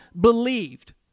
believed